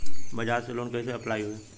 बज़ाज़ से लोन कइसे अप्लाई होई?